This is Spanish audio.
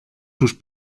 sus